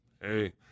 Hey